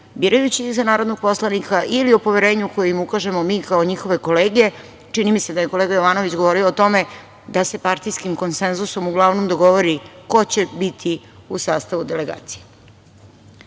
birajući ih za narodnog poslanika ili o poverenju koje im ukažemo mi kao njihove kolege. Čini mi se da je kolega Jovanović govorio o tome da se partijskim konsenzusom uglavnom dogovori ko će biti u sastavu delegacije.Zašto